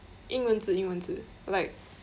英文字英文字 like